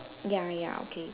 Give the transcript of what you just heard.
ya ya okay